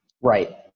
Right